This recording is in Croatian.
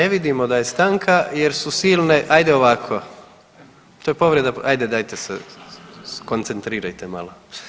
A ne vidimo da je stanka jer su silne, ajde ovako, to je povreda, ajde dajte se skoncentrirajte malo.